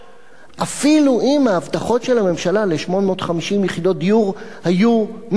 אפילו אם ההבטחות של הממשלה ל-850 יחידות דיור היו מתגשמות,